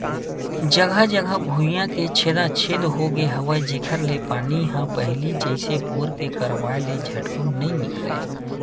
जघा जघा भुइयां के छेदा छेद होगे हवय जेखर ले पानी ह पहिली जइसे बोर के करवाय ले झटकुन नइ निकलय